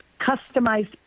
customized